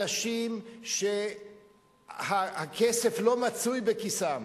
אנשים שהכסף לא מצוי בכיסם,